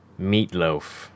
Meatloaf